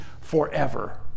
forever